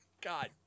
God